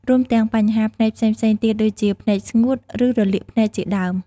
រួមទាំង បញ្ហាភ្នែកផ្សេងៗទៀត ដូចជាភ្នែកស្ងួត ឬរលាកភ្នែកជាដើម។